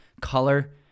color